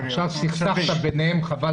שני נציגי אוצר.